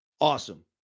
awesome